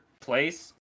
place